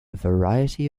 variety